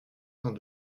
cent